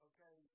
Okay